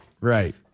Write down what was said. Right